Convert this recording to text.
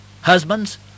Husbands